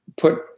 put